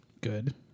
Good